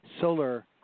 solar